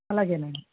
అలాగే అండి